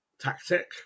tactic